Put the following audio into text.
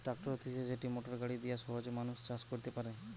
tractor হতিছে যেটি motor গাড়ি দিয়া সহজে মানুষ চাষ কইরতে পারে